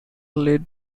led